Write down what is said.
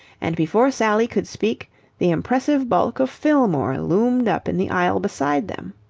and before sally could speak the impressive bulk of fillmore loomed up in the aisle beside them.